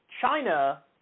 China